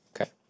Okay